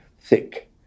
thick